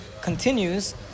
continues